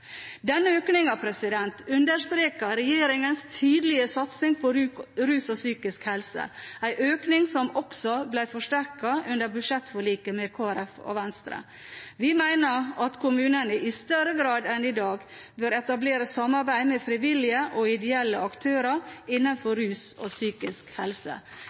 Denne økningen understreker regjeringens tydelige satsing på rus og psykisk helse, en økning som ble forsterket i budsjettforliket med Kristelig Folkeparti og Venstre. Vi mener at kommunene i større grad enn i dag bør etablere samarbeid med frivillige og ideelle aktører innenfor rus og psykisk helse.